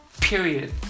period